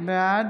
בעד